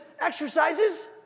exercises